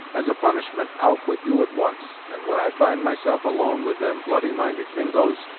as a punishment i'll quit you at once, and when i find myself alone with them bloody-minded mingos,